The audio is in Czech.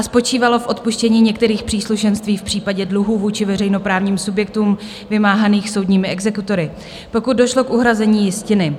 Spočívalo v odpuštění některých příslušenství v případě dluhů vůči veřejnoprávním subjektům vymáhaných soudními exekutory, pokud došlo k uhrazení jistiny.